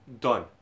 Done